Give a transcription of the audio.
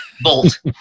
bolt